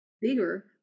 bigger